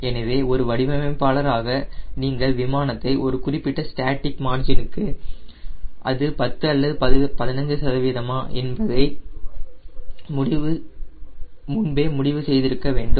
எனவே ஒரு வடிவமைப்பாளராக நீங்கள் விமானத்தை ஒரு குறிப்பிட்ட ஸ்டேட்டிக் மார்ஜினுக்கு அது 10 அல்லது 15 சதவீதமா என்பதை முன்பே முடிவு செய்திருக்க வேண்டும்